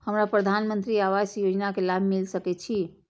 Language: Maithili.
हमरा प्रधानमंत्री आवास योजना के लाभ मिल सके छे?